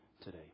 today